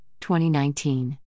2019